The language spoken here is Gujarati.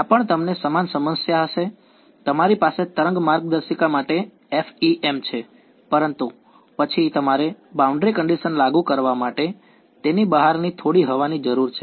ત્યાં પણ તમને સમાન સમસ્યા હશે તમારી પાસે તરંગ માર્ગદર્શિકા માટે FEM છે પરંતુ પછી તમારે બાઉન્ડ્રી કંડીશન લાગુ કરવા માટે તેની બહારની થોડી હવાની જરૂર છે